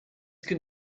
can